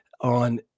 on